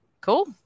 Cool